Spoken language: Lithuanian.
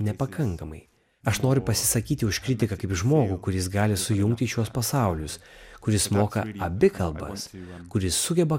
nepakankamai aš noriu pasisakyti už kritiką kaip žmogų kuris gali sujungti šiuos pasaulius kuris moka abi kalbas kuris sugeba